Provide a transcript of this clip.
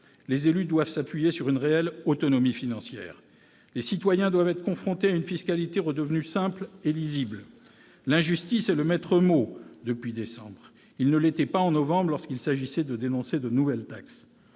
Les élus doivent s'appuyer sur une réelle autonomie financière. Les citoyens doivent être confrontés à une fiscalité redevenue simple et lisible. L'injustice est le maître mot depuis décembre. Il ne l'était pas en novembre, lorsqu'il s'agissait de dénoncer de nouvelles taxes.